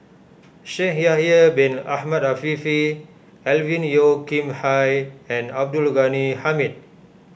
Shaikh Yahya Bin Ahmed Afifi Alvin Yeo Khirn Hai and Abdul Ghani Hamid